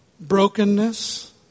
brokenness